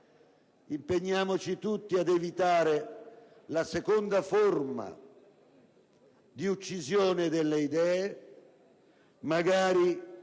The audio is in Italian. impegnarci tutti per evitare la seconda forma di uccisione delle idee, magari